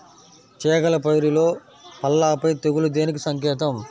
చేగల పైరులో పల్లాపై తెగులు దేనికి సంకేతం?